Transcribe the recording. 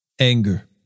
Anger